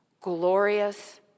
glorious